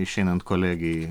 išeinant kolegei